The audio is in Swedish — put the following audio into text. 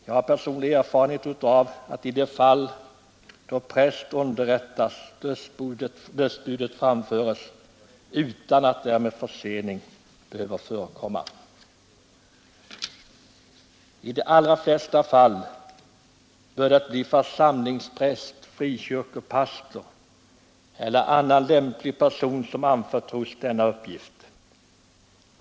Jag har personlig erfarenhet av att i de fall då präst underrättas dödsbud framförs utan att därmed försening behöver förekomma. I de allra flesta fall bör det bli församlingspräst, frikyrkopastor eller annan lämplig person som anförtros denna uppgift.